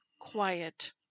quiet